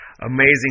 amazing